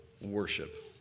worship